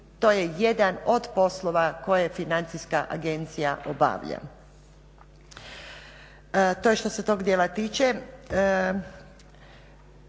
To je jedan od poslova koje financijska agencija obavlja. To je što se tog dijela tiče.